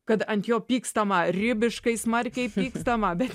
kad ant jo pykstama ribiškai smarkiai pykstama bet